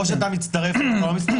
או שאתה מצטרף או שאתה לא מצטרף,